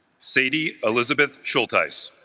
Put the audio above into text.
sadie elizabeth shultiess